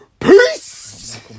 Peace